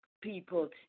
People